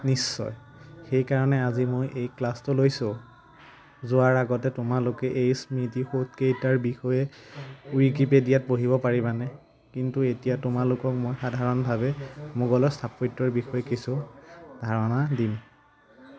নিশ্চয় সেইকাৰণে আজি মই এই ক্লাছটো লৈছোঁ যোৱাৰ আগতে তোমালোকে এই স্মৃতিসৌধকেইটাৰ বিষয়ে ৱিকিপিডিয়াত পঢ়িব পাৰিবানে কিন্তু এতিয়া তোমালোকক মই সাধাৰণভাৱে মোগলৰ স্থাপত্যৰ বিষয়ে কিছু ধাৰণা দিম